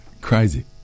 Crazy